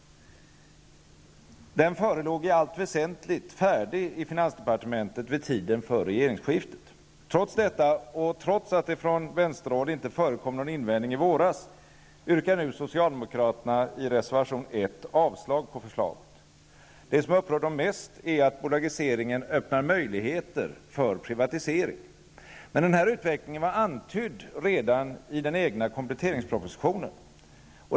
Den förelåg i allt väsentligt färdig i finansdepartementet vid tiden för regeringsskiftet. Trots detta -- och trots att det från vänsterhåll inte förekom någon invändning i våras -- yrkar nu socialdemokraterna i reservation 1 avslag på förslaget. Det som upprör dem mest är att bolagiseringen öppnar möjligheter för privatisering. Men denna utveckling var antydd redan i den egna kompletteringspropositionen.